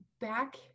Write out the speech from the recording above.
back